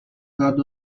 god